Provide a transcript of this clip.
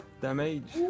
damage